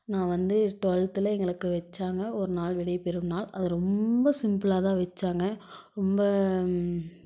நான் வந்து டொல்த்தில் எங்களுக்கு வைச்சாங்க ஒரு நாள் விடைபெறும் நாள் அது ரொம்ப சிம்ப்ளாகதான் வைச்சாங்க ரொம்ப